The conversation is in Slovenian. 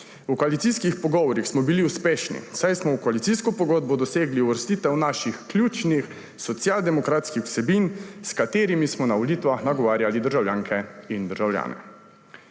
V koalicijskih pogovorih smo bili uspešni, saj smo v koalicijsko pogodbo dosegli uvrstitev naših ključnih socialnodemokratskih vsebin, s katerimi smo na volitvah nagovarjali državljanke in državljane.